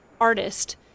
artist